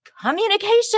communication